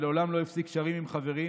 ומעולם לא הפסיק קשרים עם חברים,